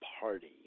party